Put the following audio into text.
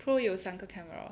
pro 有三个 camera